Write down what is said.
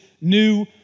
new